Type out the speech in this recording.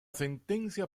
sentencia